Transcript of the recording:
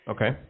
Okay